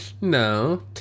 No